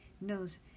knows